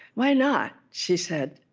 why not? she said.